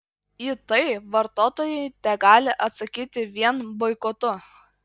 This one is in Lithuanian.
į tai vartotojai tegali atsakyti vien boikotu